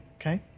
okay